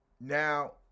now